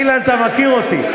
אילן, אתה מכיר אותי.